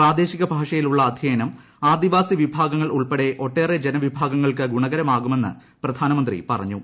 പ്രാദേശിക ഭാഷയിലുള്ള അധൃയനം ആദിവാസി വിഭാഗങ്ങൾ ഉൾപ്പെടെ ഒട്ടേറെ ജനവിഭാഗങ്ങൾക്കും ഗുണകരമാകുമെന്ന് പ്രധാനമന്ത്രി പറഞ്ഞു